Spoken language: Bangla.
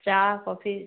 চা কফি